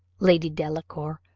lady delacour,